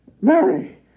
Mary